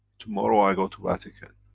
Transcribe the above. tomorrow i go to vatican.